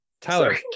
Tyler